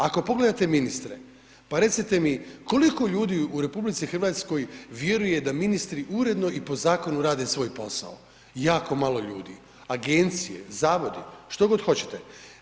Ako pogledate ministre, pa recite mi koliko ljudi u RH vjeruje da ministri uredno i po zakonu rade svoj posao, jako malo ljudi, agencije, zavodi, što god hoćete.